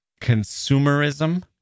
consumerism